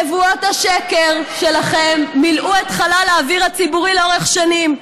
נבואות השקר שלכם מילאו את חלל האוויר הציבורי לאורך שנים.